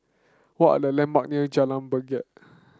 what are the landmark near Jalan Bangket